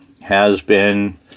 has-been